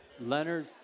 Leonard